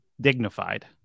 dignified